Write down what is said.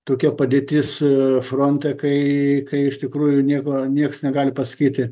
tokia padėtis fronte kai iš tikrųjų nieko nieks negali pasakyti